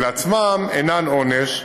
כשלעצמן הן אינן עונש.